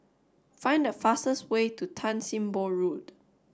find the fastest way to Tan Sim Boh Road